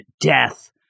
death